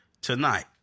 tonight